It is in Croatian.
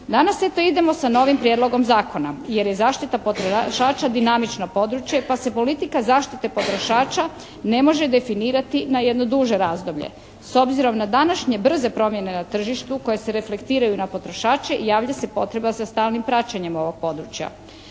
Danas eto idemo sa novim prijedlogom zakona, jer je zaštita potrošača dinamično područje, pa se politika zaštite potrošača ne može definirati na jedno duže razdoblje. S obzirom na današnje brze promjene na tržištu koje se reflektiraju na potrošače javlja se potreba za stalnim praćenjem ovog područja.